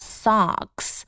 socks